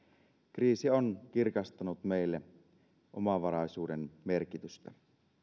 kriisi on kirkastanut meille omavaraisuuden merkitystä